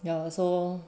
ya so